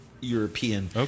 European